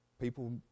people